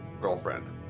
girlfriend